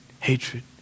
hatred